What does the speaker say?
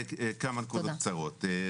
בבקשה.